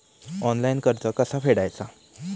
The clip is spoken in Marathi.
ऑनलाइन कर्ज कसा फेडायचा?